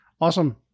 Awesome